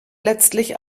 letztlich